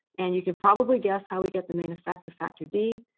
and you can probably guess how we get the main effect of factor d.